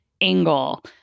angle